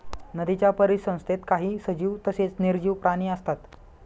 नदीच्या परिसंस्थेत काही सजीव तसेच निर्जीव प्राणी असतात